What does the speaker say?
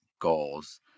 goals